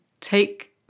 take